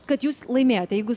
kad jūs laimėjote jeigu